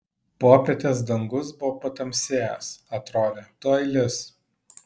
popietės dangus buvo patamsėjęs atrodė tuoj lis